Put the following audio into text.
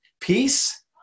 Peace